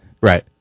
Right